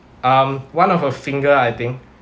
um one of the finger I think